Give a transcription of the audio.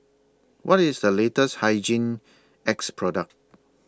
What IS The latest Hygin X Product